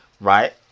right